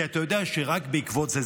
כי אתה יודע שרק בעקבות זה,